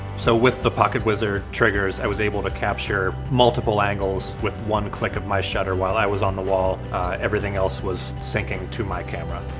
so with the pocketwizard triggers i was able to capture multiple angles with one click of my shutter while i was on the wall everything else was synching to my camera.